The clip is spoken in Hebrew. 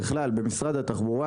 בכלל במשרד התחבורה,